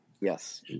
Yes